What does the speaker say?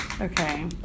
Okay